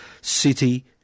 city